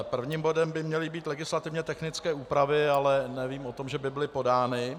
Prvním bodem by měly být legislativně technické úpravy, ale nevím o tom, že by byly podány.